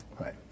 Right